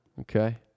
Okay